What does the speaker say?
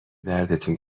دردتون